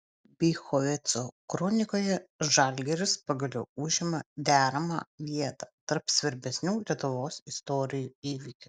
bychoveco kronikoje žalgiris pagaliau užima deramą vietą tarp svarbesnių lietuvos istorijos įvykių